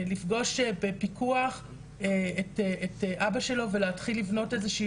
לפגוש בפיקוח את אבא שלו ולהתחיל לבנות איזו שהיא